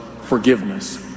forgiveness